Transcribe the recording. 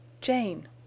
Jane